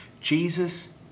Jesus